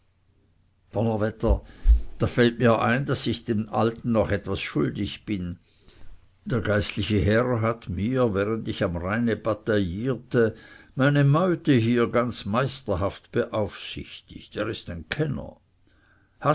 donnerwetter da fällt mir ein daß ich dem alten noch etwas schuldig bin der geistliche herr hat mir während ich am rheine bataillierte meine meute hier ganz meisterhaft beaufsichtigt er ist ein kenner